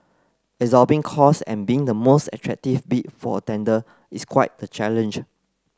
absorbing costs and being the most attractive bid for a tender is quite the challenge